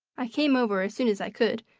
i came over, as soon as i could,